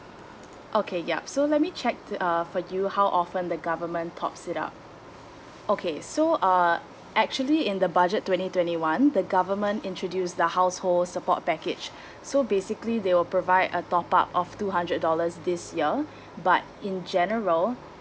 okay yup so let me check the uh for you how often the government tops it up okay so uh actually in the budget twenty twenty one the government introduce the household support package so basically they will provide a top up of two hundred dollars this year but in general